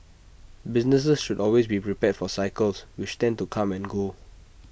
businesses should always be prepared for cycles which tend to come and go